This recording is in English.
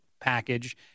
package